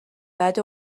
بعد